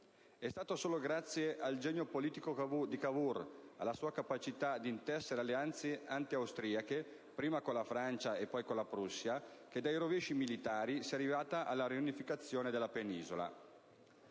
E' stato solo grazie al genio politico di Cavour, alla sua capacità di intessere alleanze antiaustriache, prima con la Francia poi con la Prussia, che dai rovesci militari si è arrivati alla riunificazione della penisola.